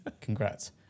congrats